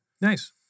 Nice